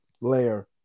layer